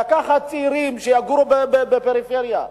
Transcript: להביא צעירים שיגורו בפריפריה,